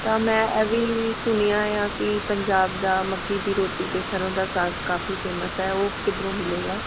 ਤਾਂ ਮੈਂ ਇਹ ਵੀ ਸੁਣਿਆ ਆ ਕਿ ਪੰਜਾਬ ਦਾ ਮੱਕੀ ਦੀ ਰੋਟੀ ਅਤੇ ਸਰ੍ਹੋਂ ਦਾ ਕਾਫੀ ਫੇਮਸ ਹੈ ਉਹ ਕਿੱਧਰੋਂ ਮਿਲੇਗਾ